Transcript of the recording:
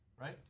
right